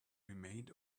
remained